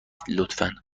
لطفا